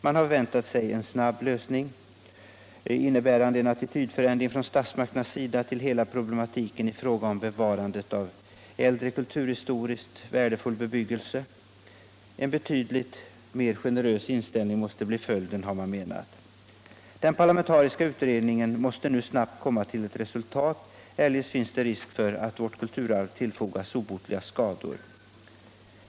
Man har förväntat sig en lösning, innebärande en atuitydförändring från statsmakternas sida till hela problematiken i fråga om bevarandet av äldre kulturhistoriskt värdefull bebyggelse. En betydligt mera generös inställning måste bli följden, har man menat. Den parlamentariska utredningen måste nu snabbt komma till ett resultat: eljest finns det risk för att vårt kulturarv tillfogas obotliga skador.